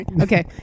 Okay